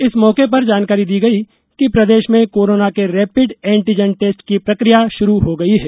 इस मौके पर जानकारी दी गई कि प्रदेश में कोरोना के रैपिड एंटीजेन टेस्ट की प्रकिया शुरू हो गयी है